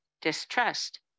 distrust